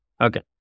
Okay